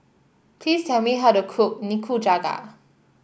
please tell me how to cook Nikujaga